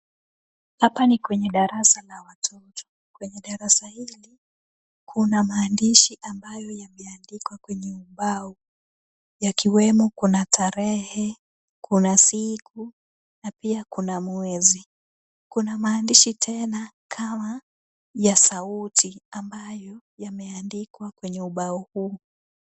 Hapa ni kwenye darasa la watoto. Kwenye darasa hili kuna maandishi ambayo yameandikwa kwenye ubao. Yakiwemo kuna tarehe, kuna siku na pia kuna mwezi. Kuna maandishi tena kama ya sauti ambayo yameandikwa kwenye ubao huu.